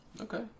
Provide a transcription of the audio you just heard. Okay